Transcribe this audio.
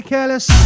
Careless